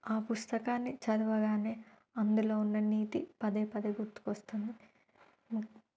ఆ పుస్తకాన్ని చదువగానే అందులో ఉన్న నీతి పదే పదే గుర్తుకొస్తుంది